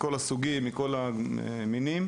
מכל הסוגים ופינינו את כולם.